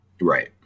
Right